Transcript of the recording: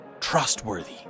trustworthy